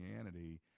Christianity